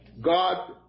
God